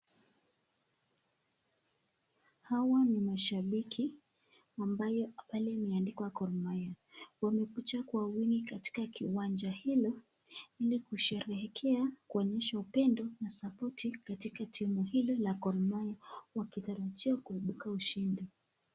Hawa ni mashabiki ambaye pale imeandikwa Gor Mahia wamekuja kwa wingi katika kiwanja hilo ili kusherehekea, kuonyesha upendo na supporti katika timu hili la Gor Mahia wakitarajia kuibuka ushindi.